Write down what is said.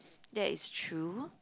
that is true